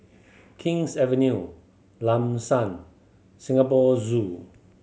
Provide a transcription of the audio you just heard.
King's Avenue Lam San Singapore Zoo